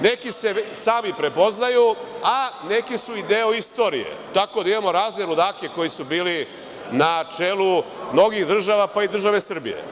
Neki se sami prepoznaju, a neki su i deo istorije, tako da imamo razne ludake koji su bili na čelu mnogih država, pa i države Srbije.